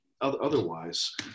otherwise